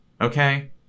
okay